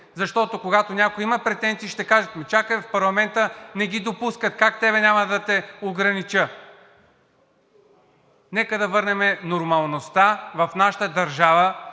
Защото когато някой има претенции, ще каже: „Чакай, в парламента не ги допускат, как теб няма да те огранича?“ Нека върнем нормалността в нашата държава